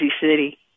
City